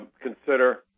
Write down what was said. consider